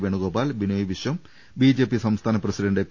Venu Gopal Binoy Viswam BJP സംസ്ഥാന president P